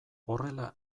horrela